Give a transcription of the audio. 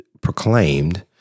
proclaimed